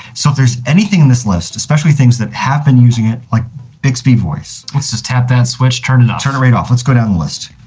so if there's anything in this list, especially things that have been using it like bixby voice. let's just tap that switch, turn it off. turn it right off, let's go down the list.